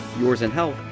yours in health.